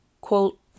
quote